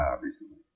recently